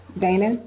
Dana